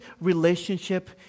relationship